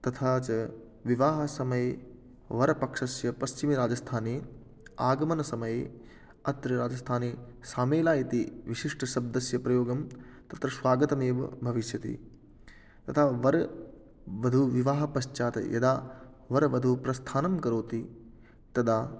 तथा च विवाहसमये वरपक्षस्य पश्चिमराजस्थाने आगमनसमये अत्र राजस्थाने सामेला इति विशिष्टशब्दस्य प्रयोगं तत्र स्वागतम् एव भविष्यति तथा वरवधूविवाहः पश्चात् यदा वरवधुप्रस्थानं करोति तदा